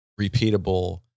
repeatable